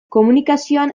komunikazioan